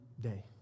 day